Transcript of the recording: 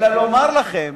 אלא לומר לכם